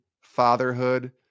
fatherhood